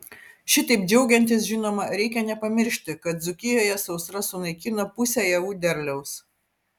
šitaip džiaugiantis žinoma reikia nepamiršti kad dzūkijoje sausra sunaikino pusę javų derliaus